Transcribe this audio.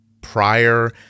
prior